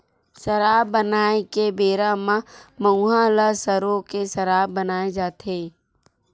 सराब बनाए के बेरा म मउहा ल सरो के सराब बनाए जाथे